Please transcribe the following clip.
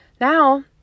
Now